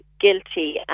guilty